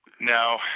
Now